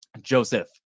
Joseph